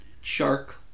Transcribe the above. Shark